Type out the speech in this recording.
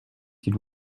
s’il